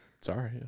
Sorry